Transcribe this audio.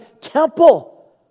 temple